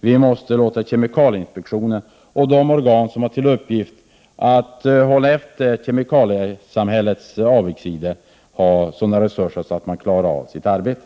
Vi måste låta kemikalieinspektionen och de organ som har till uppgift att hålla efter kemikaliesamhällets avigsidor få sådana resurser att de klarar av sitt arbete.